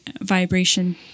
vibration